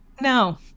No